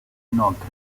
inoltre